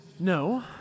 No